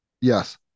Yes